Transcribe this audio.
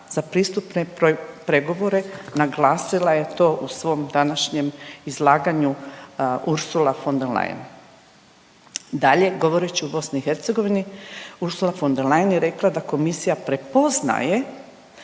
za pristupne pregovore naglasila je to u svom današnjem izlaganju Ursula von der Leyen. Dalje, govorit ću o BiH, Ursula von der Leyen je rekla da komisija prepoznaje